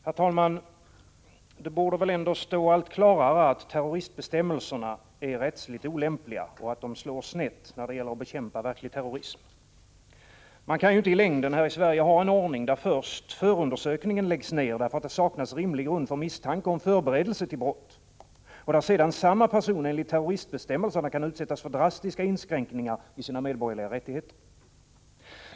Herr talman! Det borde stå allt klarare att terroristbestämmelserna är rättsligt olämpliga och att de slår snett när det gäller att bekämpa verklig terrorism. Man kan inte i längden här i Sverige ha en ordning där först förundersökningen läggs ner därför att det saknas rimlig grund för misstanke om förberedelse till brott och sedan samma person enligt terroristbestämmelserna kan utsättas för drastiska inskränkningar i sina medborgerliga rättigheter.